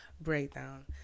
breakdown